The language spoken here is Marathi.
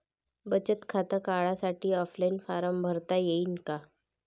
बचत खातं काढासाठी ऑफलाईन फारम भरता येईन का?